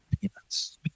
Peanuts